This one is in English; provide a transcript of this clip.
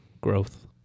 growth